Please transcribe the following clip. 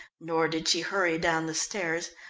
nor did she hurry down the stairs,